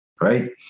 right